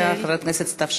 אחריה חברת הכנסת סתיו שפיר.